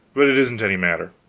but it isn't any matter.